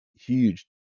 huge